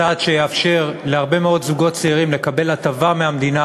צעד שיאפשר להרבה מאוד זוגות צעירים לקבל מהמדינה